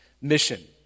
mission